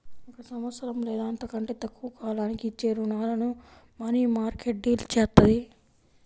ఒక సంవత్సరం లేదా అంతకంటే తక్కువ కాలానికి ఇచ్చే రుణాలను మనీమార్కెట్ డీల్ చేత్తది